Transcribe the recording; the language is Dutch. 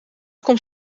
komt